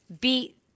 beat